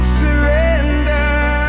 surrender